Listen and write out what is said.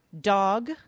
Dog